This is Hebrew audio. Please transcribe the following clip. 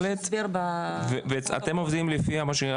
ד' --- יש הסבר ב- ואם עובדים לפי מה שהיה,